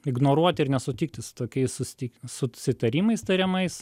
ignoruot ir nesutikti su tokiais susitik susitarimais tariamais